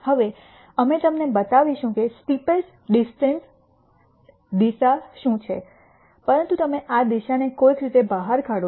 હવે અમે તમને બતાવીશું કે સ્ટીપેસ્ટ ડિસેન્ટ દિશા શું છે પરંતુ તમે આ દિશાને કોઈક રીતે બહાર કાઢો છો